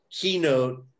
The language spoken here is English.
keynote